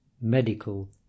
medical